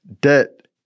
debt